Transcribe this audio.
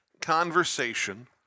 conversation